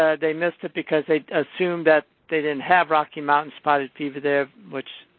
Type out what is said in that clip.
ah they missed it because they assumed that they didn't have rocky mountain spotted fever there which,